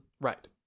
right